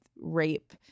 rape